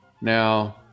Now